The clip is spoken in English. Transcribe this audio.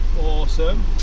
Awesome